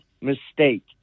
mistake